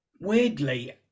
weirdly